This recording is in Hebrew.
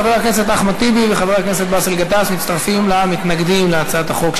חבר הכנסת אחמד טיבי וחבר הכנסת באסל גטאס מצטרפים למתנגדים להצעת החוק,